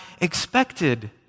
expected